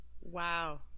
wow